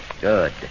Good